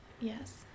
Yes